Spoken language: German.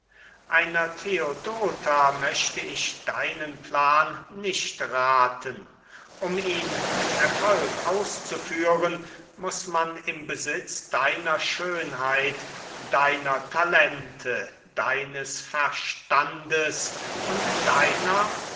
einer theodota möchte ich deinen plan nicht rathen um ihn mit erfolg auszuführen muß man im besitz deiner schönheit deiner talente deines verstandes und deiner